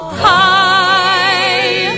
high